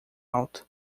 alta